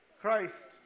Christ